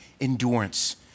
endurance